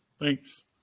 Thanks